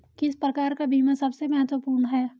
किस प्रकार का बीमा सबसे महत्वपूर्ण है?